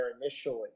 initially